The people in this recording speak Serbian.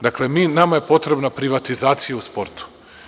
Dakle, nama je potrebna privatizacija u sportu.